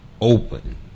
Open